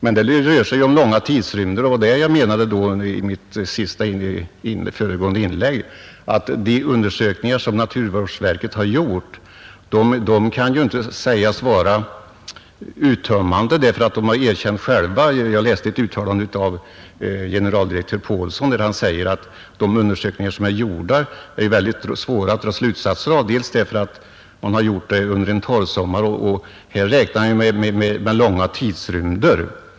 Det rör sig emellertid om långa tidrymder, och jag framhöll i mitt förra inlägg att de undersökningar som naturvårdsverket har gjort inte kan sägas vara uttömmande. Jag läste ett uttalande av generaldirektör Paulsson där han sade att det är svårt att dra några slutsatser av de undersökningar som är gjorda, eftersom de gjordes under en torrsommar och man här måste räkna med långa tidrymder.